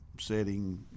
setting